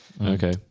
okay